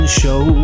show